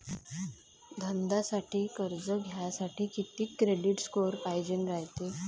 धंद्यासाठी कर्ज घ्यासाठी कितीक क्रेडिट स्कोर पायजेन रायते?